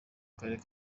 karere